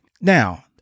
now